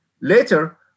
later